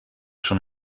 schon